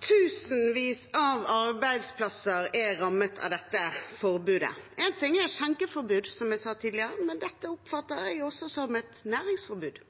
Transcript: Tusenvis av arbeidsplasser er rammet av dette forbudet. En ting er skjenkeforbud, som jeg sa tidligere, men dette oppfatter jeg også som et næringsforbud.